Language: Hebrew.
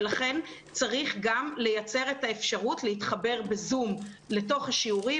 ולכן צריך גם לייצר את האפשרות להתחבר בזום לתוך השיעורים.